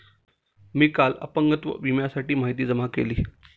मी काल अपंगत्व विम्याबद्दल माहिती जमा केली